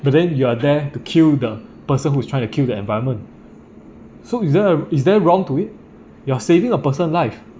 but then you are there to kill the person who is try to kill the environment so is there a is there wrong to it you are saving a person life